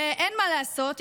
ואין מה לעשות,